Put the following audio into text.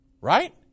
Right